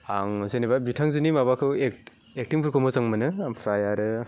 आं जेनोबा बिथांजोनि माबाखौ एक एकटिंफोरखौ मोजां मोनो ओमफ्राय आरो